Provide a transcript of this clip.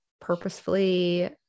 purposefully